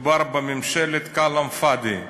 מדובר בממשלת כלאם פאד'י,